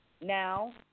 now